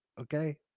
Okay